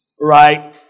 Right